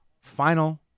final